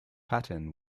paton